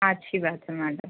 اچھی بات ہے میڈم